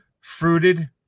fruited